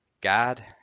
God